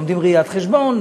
לומדים ראיית חשבון,